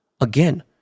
Again